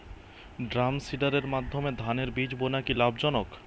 ড্রামসিডারের মাধ্যমে ধানের বীজ বোনা কি লাভজনক?